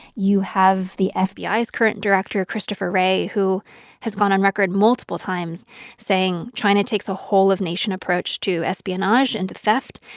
you have the fbi's ah current director, christopher wray, who has gone on record multiple times saying china takes a whole-of-nation approach to espionage and to theft,